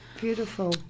Beautiful